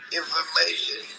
information